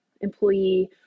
employee